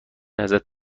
ازت